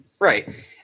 Right